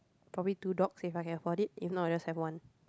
probably two dogs if I can afford it if not I'll just have one